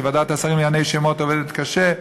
שוועדת השרים לענייני שמות עובדת קשה.